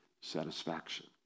Satisfaction